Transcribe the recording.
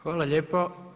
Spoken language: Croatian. Hvala lijepo.